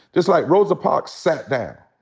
just like rosa parks sat down,